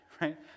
right